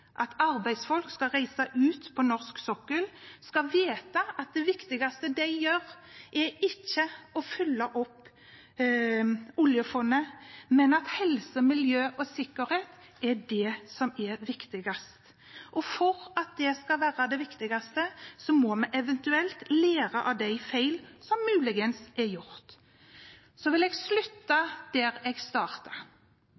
lært. Arbeidsfolk som skal reise ut på norsk sokkel, skal vite at det viktigste de gjør, ikke er å fylle opp oljefondet, men at helse, miljø og sikkerhet er det som er viktigst. For at det skal være det viktigste, må vi eventuelt lære av de feilene som muligens er gjort. Jeg vil slutte der jeg